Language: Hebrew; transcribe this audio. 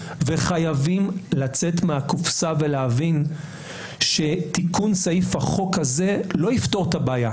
חייבים לצאת מהקופסה ולהבין שתיקון סעיף החוק הזה לא יפתור את הבעיה.